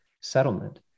settlement